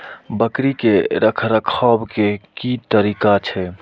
बकरी के रखरखाव के कि तरीका छै?